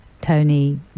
tony